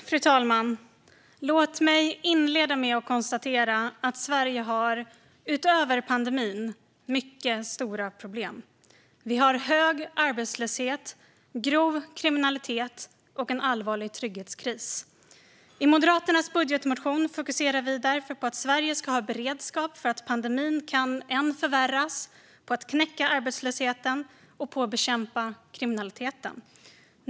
Fru talman! Låt mig inleda med att konstatera att Sverige har, utöver pandemin, mycket stora problem. Vi har hög arbetslöshet, grov kriminalitet och en allvarlig trygghetskris. I Moderaternas budgetmotion fokuserar vi därför på att Sverige ska ha beredskap för att pandemin kan förvärras ännu mer. Vi fokuserar också på att knäcka arbetslösheten och bekämpa kriminaliteten.